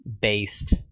based